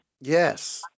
Yes